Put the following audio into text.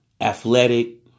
athletic